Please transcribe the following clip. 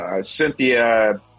Cynthia